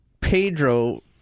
Pedro